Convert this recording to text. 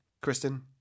Kristen